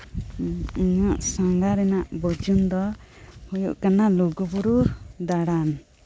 ᱤᱧᱟᱹᱜ ᱥᱟᱸᱜᱷᱟᱨ ᱨᱮᱱᱟᱜ ᱵᱩᱡᱩᱱ ᱫᱚ ᱦᱩᱭᱩᱜ ᱠᱟᱱᱟ ᱞᱩᱜᱩᱵᱩᱨᱩ ᱫᱟᱲᱟᱱ